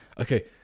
Okay